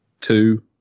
two